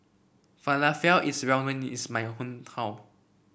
falafel is well of knees in my hometown